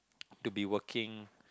to be working